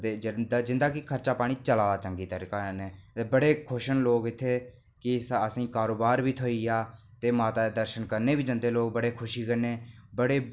ते जिं'दा कि खर्चा पानी चलै दा चंगी तरह कन्नै ते बड़े खुश न लोक इत्थै कि असेंगी कारोबार बी थ्होई गेआ ते माता दे दर्शन करने गी बी लोग जंदे बड़ी खुशी कन्नै बड़े